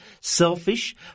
selfish